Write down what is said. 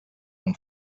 own